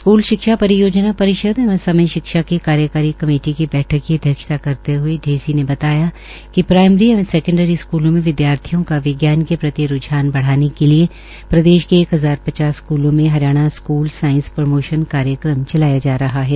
school शिक्षा परियोजना परिषद एवं समय शिक्षा की कार्यकारी कमेटी की बैठक की अध्यक्षता करते हए ढेसी ने बताया कि प्राईमारी एवं सकेंडरी स्कूलों में विद्याथियों का विज्ञान के प्रति रूझान बढ़ाने के लिए प्रदेश के एक हजार पचास स्कूलों में हरियाणा स्कूल साइंस प्रमोशन कार्यक्रम चलाया जा रहा है